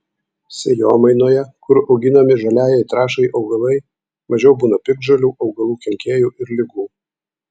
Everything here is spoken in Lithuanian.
sėjomainoje kur auginami žaliajai trąšai augalai mažiau būna piktžolių augalų kenkėjų ir ligų